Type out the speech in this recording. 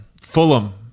Fulham